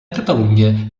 catalunya